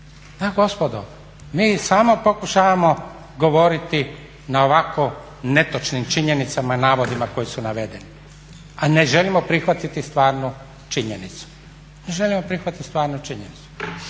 Da gospodo, mi samo pokušavamo govoriti na ovako netočnim činjenicama i navodima koji su navedeni, a ne želimo prihvatiti stvarnu činjenicu. To je problem svih vas.